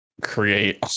create